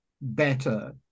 better